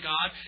God